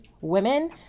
women